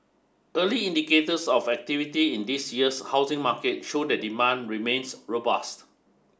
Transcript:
early indicators of activity in this year's housing market show that demand remains robust